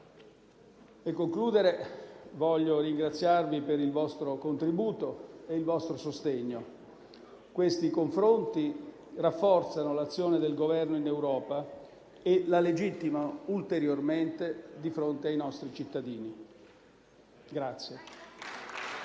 Nel concludere, voglio ringraziarvi per il vostro contributo e il vostro sostegno. Questi confronti rafforzano l'azione del Governo in Europa e la legittimano ulteriormente di fronte ai nostri cittadini.